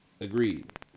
agreed